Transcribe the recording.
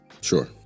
Sure